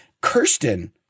Kirsten